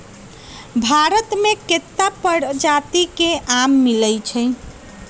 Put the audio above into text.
भारत मे केत्ता परजाति के आम मिलई छई